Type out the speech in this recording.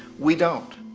we don't.